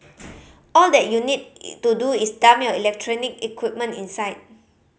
all that you need to do is dump your electronic equipment inside